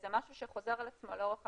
זה משהו שחוזר על עצמו לא רק במסמך,